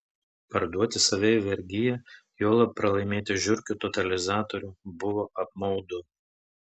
parduoti save į vergiją juolab pralaimėti žiurkių totalizatorių buvo apmaudu